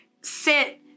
sit